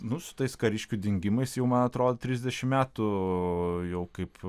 nu su tais kariškių dingimais jau man atrodo trisdešimt metų jau kaip